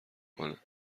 کنه